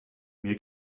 mir